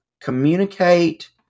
communicate